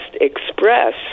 express